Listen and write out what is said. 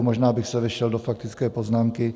Možná bych se vešel do faktické poznámky.